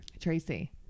Tracy